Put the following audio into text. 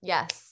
Yes